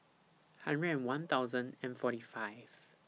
hundred and one thousand and forty five